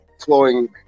flowing